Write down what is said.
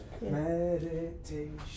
Meditation